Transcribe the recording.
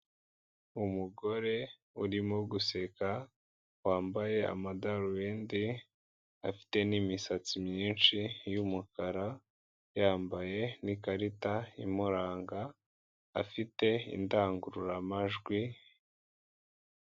Umugore urimo guseka wambaye amadarubindi, afite n'imisatsi myinshi y'umukara, yambaye n'ikarita imuranga, afite indangururamajwi.